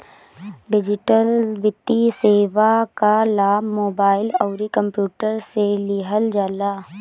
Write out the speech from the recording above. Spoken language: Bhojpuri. डिजिटल वित्तीय सेवा कअ लाभ मोबाइल अउरी कंप्यूटर से लिहल जाला